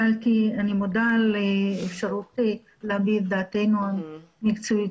על האפשרות להביע את דעתנו המקצועית,